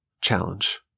challenge